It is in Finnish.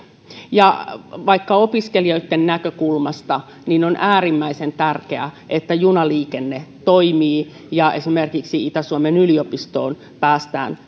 ja vaikkapa opiskelijoitten näkökulmasta on äärimmäisen tärkeää että junaliikenne toimii ja esimerkiksi itä suomen yliopistoon päästään